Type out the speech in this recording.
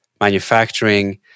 manufacturing